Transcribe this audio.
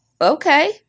Okay